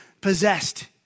possessed